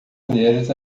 mulheres